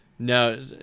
No